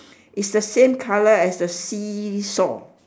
is the same colour as the see-saw